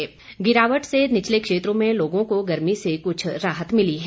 तापमान में गिरावट से निचले क्षेत्रों में लोगों को गर्मी से कुछ राहत मिली है